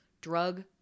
drug